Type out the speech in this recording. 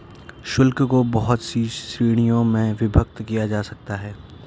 शुल्क को बहुत सी श्रीणियों में विभक्त किया जा सकता है